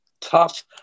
tough